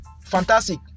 fantastic